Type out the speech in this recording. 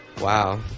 Wow